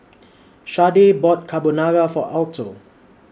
Shardae bought Carbonara For Alto